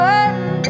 one